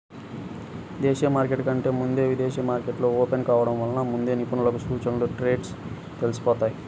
దేశీయ మార్కెట్ల కంటే ముందే విదేశీ మార్కెట్లు ఓపెన్ కావడం వలన ముందే నిపుణులకు సూచీల ట్రెండ్స్ తెలిసిపోతాయి